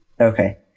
okay